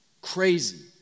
crazy